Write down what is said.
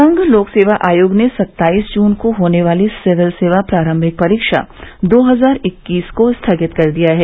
संघ लोक सेवा आयोग ने सत्ताईस जून को होने वाली सिविल सेवा प्रारंभिक परीक्षा दो हजार इक्कीस को स्थगित कर दिया है